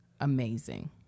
amazing